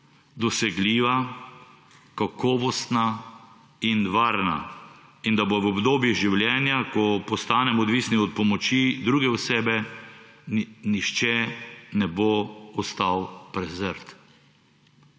dosegljiva, kakovostna in varna in da v obdobju življenja, ko postanemo odvisni od pomoči druge osebe, nihče ne bo ostal prezrt.